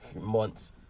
months